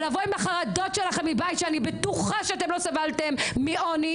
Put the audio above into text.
ולבוא עם החרדות שלכם מבית שאני בטוחה שאתם לא סבלתם מעוני,